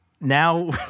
Now